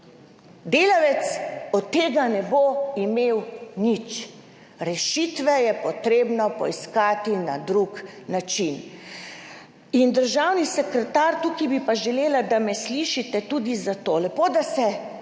Delavec od tega ne bo imel nič. Rešitve je treba poiskati na drug način. Državni sekretar, tukaj bi pa želela, da me slišite tudi zato. Lepo, da